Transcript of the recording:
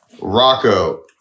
Rocco